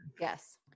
Yes